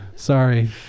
Sorry